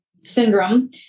syndrome